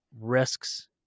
risks